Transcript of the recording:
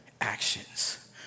actions